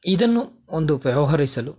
ಇದನ್ನು ಒಂದು ವ್ಯವಹರಿಸಲು